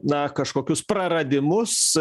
na kažkokius praradimus